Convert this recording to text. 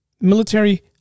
military